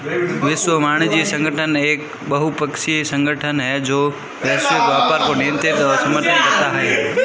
विश्व वाणिज्य संगठन एक बहुपक्षीय संगठन है जो वैश्विक व्यापार को नियंत्रित और समर्थन करता है